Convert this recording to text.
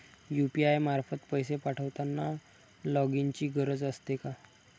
UPI मार्फत पैसे पाठवताना लॉगइनची गरज असते का?